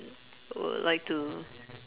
would like to